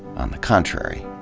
on the contrary,